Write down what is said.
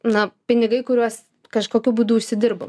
na pinigai kuriuos kažkokiu būdu užsidirbam